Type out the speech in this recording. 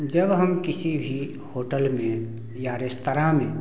जब हम किसी भी होटल में या रेस्तरां में